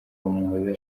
umuhoza